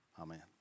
amen